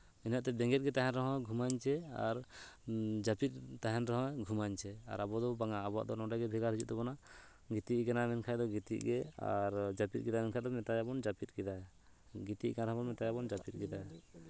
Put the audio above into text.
ᱤᱱᱟᱹᱛᱮ ᱵᱮᱸᱜᱮᱫ ᱜᱮᱭ ᱛᱟᱦᱮᱱ ᱨᱮᱦᱚᱸ ᱜᱷᱩᱢᱟᱧᱪᱷᱮ ᱟᱨ ᱡᱟᱹᱯᱤᱫ ᱛᱟᱦᱮᱱ ᱨᱮᱦᱚᱸᱭ ᱜᱷᱩᱢᱟᱧᱪᱷᱮ ᱟᱨ ᱟᱵᱚᱫᱚ ᱵᱟᱝᱟ ᱟᱵᱚᱫᱚ ᱱᱚᱸᱰᱮᱜᱮ ᱵᱷᱮᱜᱟᱨ ᱦᱩᱭᱩᱜ ᱛᱟᱵᱚᱱᱟ ᱜᱤᱛᱤᱡ ᱟᱠᱟᱱᱟᱭ ᱢᱮᱱᱠᱷᱟᱡ ᱫᱚ ᱜᱤᱛᱤᱡ ᱜᱮ ᱟᱨ ᱡᱟᱹᱯᱤᱫ ᱠᱮᱫᱟᱭ ᱢᱮᱛᱟᱭᱟᱵᱚᱱ ᱡᱟᱹᱯᱤᱫ ᱠᱮᱫᱟᱭ ᱜᱤᱛᱤᱡ ᱠᱟᱱ ᱨᱮᱦᱚᱸᱭ ᱢᱮᱛᱟᱭᱟᱵᱚᱱ ᱡᱟᱹᱯᱤᱫ ᱠᱮᱫᱟᱭ